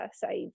side